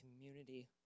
community